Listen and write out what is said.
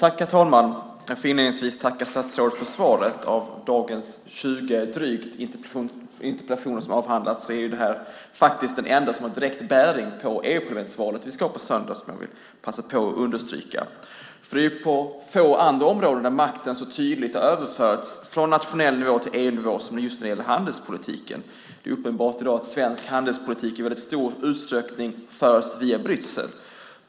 Herr talman! Jag får inledningsvis tacka statsrådet för svaret. Av de drygt 20 interpellationer som avhandlats här i dag är detta den enda som har direkt bäring på EU-parlamentsvalet på söndag. På få andra områden har makten så tydligt överförts från nationell nivå till EU-nivå som på handelspolitikens område. Det är i dag uppenbart att svensk handelspolitik i stor utsträckning förs via Bryssel.